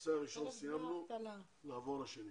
הנושא הראשון סיימנו, נעבור לשני.